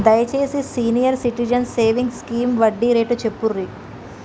దయచేసి senior citizens savings scheme వడ్డీ rate చెప్పుర్రి